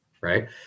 right